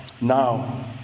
Now